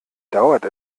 dauert